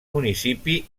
municipi